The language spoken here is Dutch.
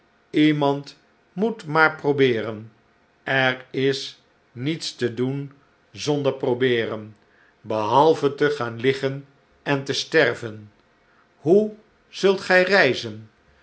iemand moet maar probeeren er is niets te doen zonder probeeren behalve te gaan liggen en te sterven hoe zult gij reizen